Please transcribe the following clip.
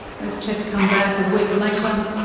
those tests come back a week later,